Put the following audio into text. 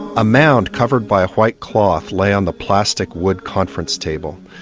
a mound covered by a white cloth lay on the plastic wood conference table,